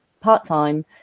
part-time